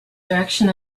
direction